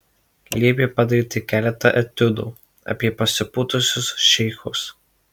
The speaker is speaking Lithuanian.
liepė padaryti keletą etiudų apie pasipūtusius šeichus